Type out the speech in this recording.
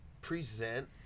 present